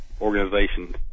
organizations